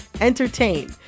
entertain